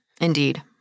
Indeed